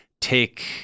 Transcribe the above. take